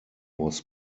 was